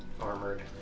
armored